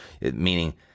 meaning